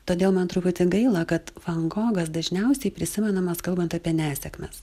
todėl man truputį gaila kad van gogas dažniausiai prisimenamas kalbant apie nesėkmes